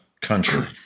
country